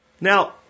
Now